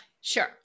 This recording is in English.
Sure